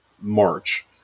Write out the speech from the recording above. March